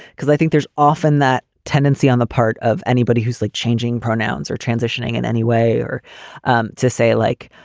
because i think there's often that tendency on the part of anybody who's like changing pronouns or transitioning in any way or um to say like,